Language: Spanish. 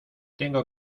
tengo